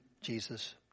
Jesus